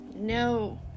no